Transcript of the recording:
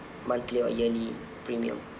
monthly or yearly premium